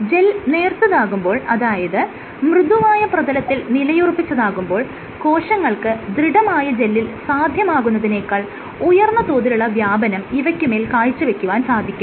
gel നേർത്തതാകുമ്പോൾ അതായത് മൃദുവായ പ്രതലത്തിൽ നിലയുറപ്പിച്ചതാകുമ്പോൾ കോശങ്ങൾക്ക് ദൃഢമായ ജെല്ലിൽ സാധ്യമാകുന്നതിനേക്കാൾ ഉയർന്ന തോതിലുള്ള വ്യാപനം ഇവയ്ക്കുമേൽ കാഴ്ചവെക്കുവാൻ സാധിക്കും